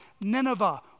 Nineveh